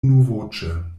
unuvoĉe